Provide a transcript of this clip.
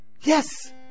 Yes